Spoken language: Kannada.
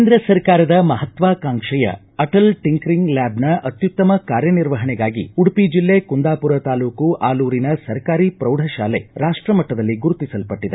ಕೇಂದ್ರ ಸರ್ಕಾರದ ಮಹತ್ವಾಕಾಂಕ್ಷೆಯ ಅಟಲ್ ಟಿಂಕರಿಂಗ್ ಲ್ಯಾಬ್ನ ಅತ್ಯುತ್ತಮ ಕಾರ್ಯನಿರ್ವಹಣೆಗಾಗಿ ಉಡುಪಿ ಜಿಲ್ಲೆ ಕುಂದಾಪುರ ತಾಲೂಕು ಆಲೂರಿನ ಸರ್ಕಾರಿ ಪ್ರೌಢ ಶಾಲೆ ರಾಷ್ಟಮಟ್ಟದಲ್ಲಿ ಗುರುತಿಸಲ್ಪಪಟ್ಟದೆ